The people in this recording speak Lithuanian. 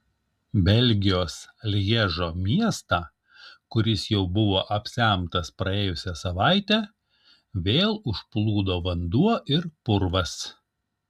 belgijos lježo miestą kuris jau buvo apsemtas praėjusią savaitę vėl užplūdo vanduo ir purvas